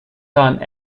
time